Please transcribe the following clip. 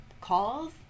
calls